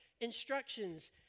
instructions